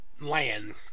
Land